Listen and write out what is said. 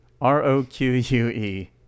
R-O-Q-U-E